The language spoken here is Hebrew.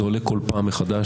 זה עולה כל פעם מחדש.